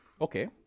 Okay